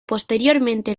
posteriormente